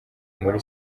muri